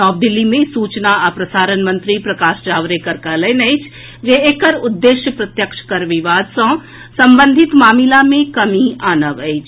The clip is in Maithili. नव दिल्ली मे सूचना आ प्रसारण मंत्री प्रकाश जावड़ेकर कहलनि अछि जे एकर उद्देश्य प्रत्यक्ष कर विवाद सॅ संबंधित मामिला मे कमी आनब अछि